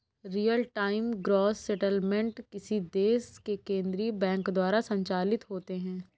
real time gross settlement किसी देश के केन्द्रीय बैंक द्वारा संचालित होते हैं